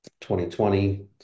2020